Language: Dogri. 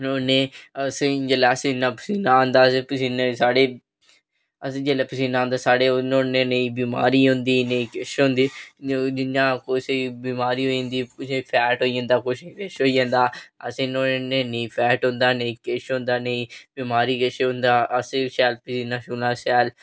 न्हौन्ने जेल्लै असें इन्ना पसीना औंदा पसीनें ई साढ़े असें जेल्लै पसीना औंदा साढ़े न्हौनें साढ़े नेईं बमारी होंदी नेईं किश होंदे लोक जि'यां कुसै ई बमारी होई जंदी कुसै ई फैट होई जंदा कुसै ई किश होई जंदा ओह्दे नै नेईं फैट होंदा नेईं किश नेईं बिमारी किश होंदा असें ई शैल